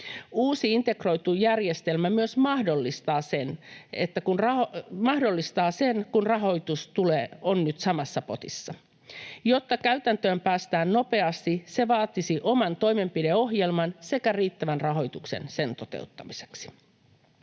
Uusi integroitu järjestelmä myös mahdollistaa sen, kun rahoitus on nyt samassa potissa. Jotta käytäntöön päästään nopeasti, se vaatisi oman toimenpideohjelman sekä riittävän rahoituksen sen toteuttamiseksi.